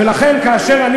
ולכן כאשר אני,